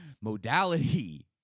modality